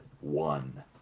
one